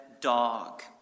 dog